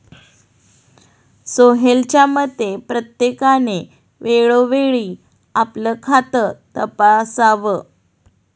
सोहेलच्या मते, प्रत्येकाने वेळोवेळी आपलं खातं तपासावं